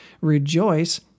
Rejoice